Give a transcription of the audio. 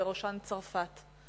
ובראשן צרפת.